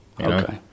okay